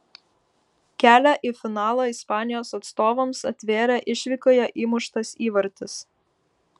kelią į finalą ispanijos atstovams atvėrė išvykoje įmuštas įvartis